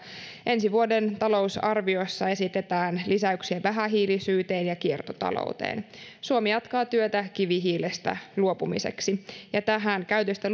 ensi vuoden talousarviossa esitetään lisäyksiä vähähiilisyyteen ja kiertotalouteen suomi jatkaa työtä kivihiilestä luopumiseksi tähän käytöstä